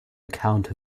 account